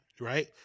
right